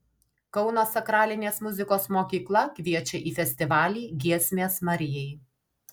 kauno sakralinės muzikos mokykla kviečia į festivalį giesmės marijai